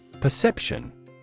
Perception